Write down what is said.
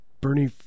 Bernie